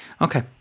Okay